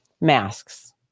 Masks